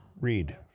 read